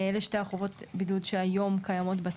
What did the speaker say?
אלה הן שתי חובות הבידוד שקיימות היום בצו.